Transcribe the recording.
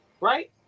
right